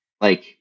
Like-